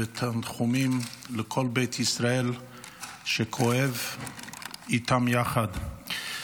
ותנחומים לכל בית ישראל שכואב איתן יחד,